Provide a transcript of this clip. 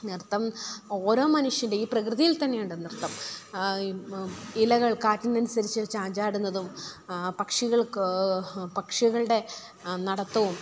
നൃത്തം ഓരോ മനുഷ്യൻ്റെ ഈ പ്രകൃതിയിൽ തന്നെയുണ്ട് നൃത്തം ഇലകൾ കാറ്റിനനുസരിച്ച് ചാഞ്ചാടുന്നതും പക്ഷികൾക്ക് പക്ഷികളുടെ നടത്തവും